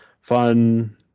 fun